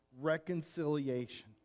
reconciliation